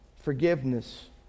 Forgiveness